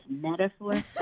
metaphor